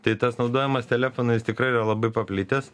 tai tas naudojamas telefonais tikrai yra labai paplitęs